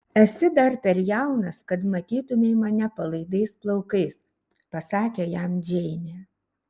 esi dar per jaunas kad matytumei mane palaidais plaukais pasakė jam džeinė